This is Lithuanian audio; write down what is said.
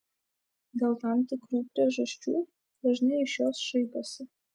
dėl tam tikrų priežasčių dažnai iš jos šaiposi